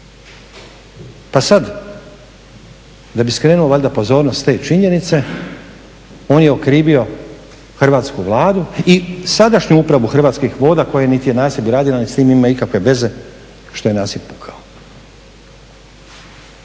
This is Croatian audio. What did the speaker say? Pa sad da bi skrenuo valjda pozornost s te činjenice on je okrivio Hrvatsku vladu i sadašnju Upravu Hrvatskih voda koja niti je nasip radila niti s tim ima ikakve veze što je nasip pukao.